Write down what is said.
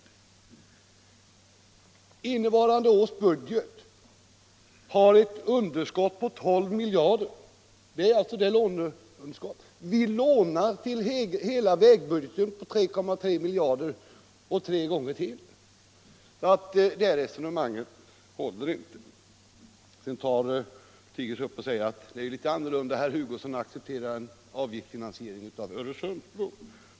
Men innevarande års budget har ett underskott på 12 miljarder kronor: Vi lånar redan upp hela vägbudgeten på 3,3 miljarder och detta belopp tre gånger till. Det resonemanget håller alltså inte. Då stiger herr Lothigius upp och säger att det är litet annorlunda nu sedan herr Hugosson har accepterat en avgiftsfinansiering av en eventuell Öresundsbro.